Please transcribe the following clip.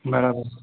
बराबरि